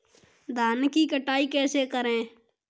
धान की कटाई कैसे करें?